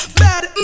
bad